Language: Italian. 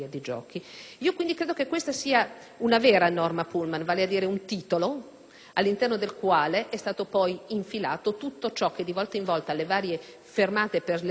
all'interno del quale è stato poi inserito tutto ciò che di volta in volta alle varie fermate, per svariate esigenze molto lontane dal titolo stesso, si verificava e quindi si rendeva